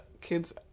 kids